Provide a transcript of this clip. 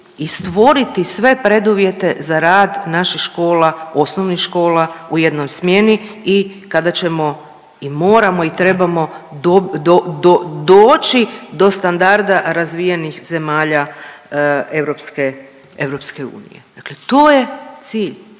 i stvoriti sve preduvjete za rad naših škola, osnovnih škola u jednoj smjeni i kada ćemo i moramo i trebamo doći do standarda razvijenih zemalja europske, EU. Dakle to je cilj,